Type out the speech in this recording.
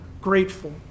grateful